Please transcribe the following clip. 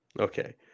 Okay